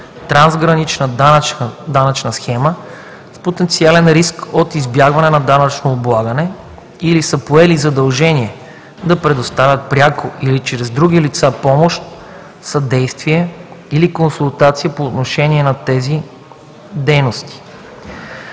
трансгранична данъчна схема с потенциален риск от избягване на данъчно облагане или са поели задължение да предоставят пряко или чрез други лица помощ, съдействие или консултация по отношение на тези дейности,